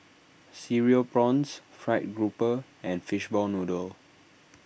Cereal Prawns Fried Grouper and Fishball Noodle